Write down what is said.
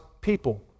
people